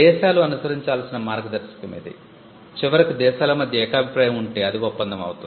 దేశాలు అనుసరించాల్సిన మార్గదర్శకం ఇది చివరికి దేశాల మధ్య ఏకాభిప్రాయం ఉంటే అది ఒప్పందం అవుతుంది